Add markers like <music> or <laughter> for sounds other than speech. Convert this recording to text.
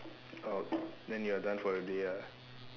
oh <noise> then you are done for the day ah